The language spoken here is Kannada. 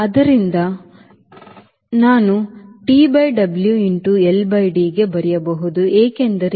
ಆದ್ದರಿಂದ ಇಲ್ಲಿಂದ ನಾನು T by W into L by D ಗೆ ಬರೆಯಬಹುದು ಏಕೆಂದರೆ T